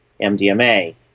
MDMA